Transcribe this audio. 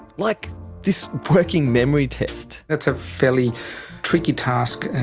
like this working memory test. that's a fairly tricky task.